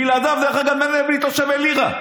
בלעדיו, דרך אגב, מנדלבליט לא שווה לירה.